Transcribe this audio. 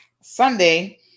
Sunday